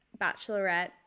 bachelorette